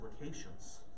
implications